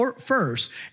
first